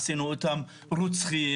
עשינו אותם רוצחים.